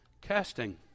Casting